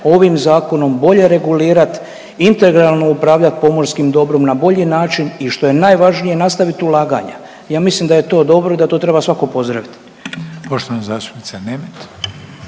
ovim zakonom bolje regulirat, integralno upravljat pomorskim dobrom na bolji način i što je najvažnije nastavit ulaganja. Ja mislim da je to dobro i da to treba svako pozdravit.